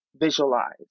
visualize